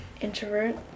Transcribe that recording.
Introvert